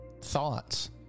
thoughts